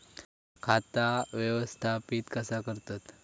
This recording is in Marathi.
खाता व्यवस्थापित कसा करतत?